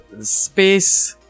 space